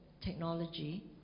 technology